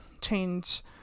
change